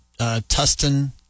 Tustin